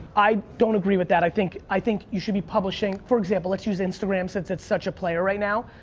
i don't agree with that. i think i think you should be publishing, for example, let's use instagram since it's such a player right now,